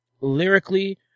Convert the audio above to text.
lyrically